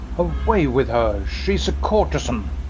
away with her! she is a courtezan.